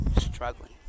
Struggling